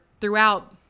throughout